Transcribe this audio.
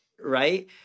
right